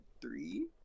three